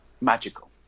Magical